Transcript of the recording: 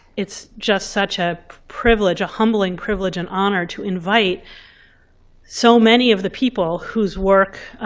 it's just such a privilege, a humbling privilege, an honor, to invite so many of the people whose work,